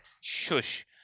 Shush